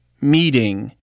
meeting